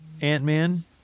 Ant-Man